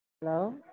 hello